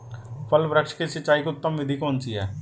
फल वृक्ष की सिंचाई की उत्तम विधि कौन सी है?